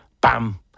Bam